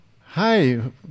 Hi